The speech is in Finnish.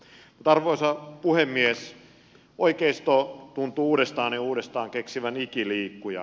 mutta arvoisa puhemies oikeisto tuntuu uudestaan ja uudestaan keksivän ikiliikkujan